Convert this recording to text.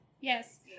yes